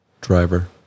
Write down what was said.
Driver